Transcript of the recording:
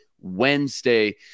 Wednesday